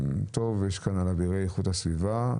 יש כאן על אבירי איכות הסביבה.